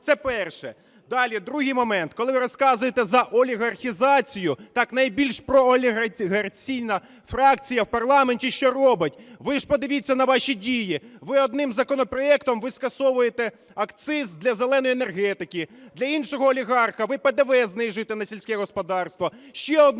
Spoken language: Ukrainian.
Це перше. Далі, другий момент. Коли ви розказуєте за олігархізацію, так найбільш проолігархізаційна фракція в парламенті, що робить? Ви ж подивіться на ваші дії. Ви одним законопроектом ви скасовуєте акциз для "зеленої" енергетики, для іншого олігарха ви ПДВ знижуєте на сільське господарство,